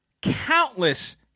countless